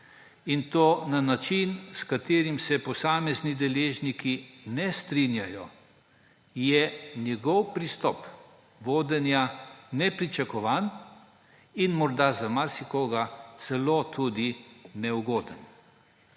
in to na način, s katerim se posamezni deležniki ne strinjajo, je njegov pristop vodenja nepričakovan in morda za marsikoga celo tudi neugoden.